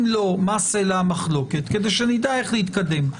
אם לא, מה סלע המחלוקת כדי שנדע איך להתקדם.